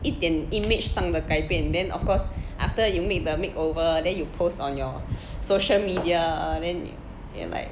一点 image 上的改变 then of course after you make the makeover then you post on your social media then then like